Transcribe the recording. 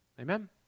Amen